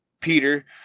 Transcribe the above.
Peter